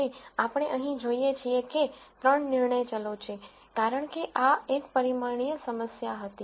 અને આપણે અહીં જોઈએ છીએ કે 3 નિર્ણય ચલો છે કારણ કે આ એક પરિમાણીય સમસ્યા હતી